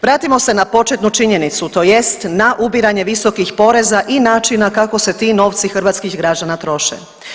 Vratimo se na početnu činjenicu tj. na ubiranje visokih poreza i načina kako se ti novci hrvatskih građana troše.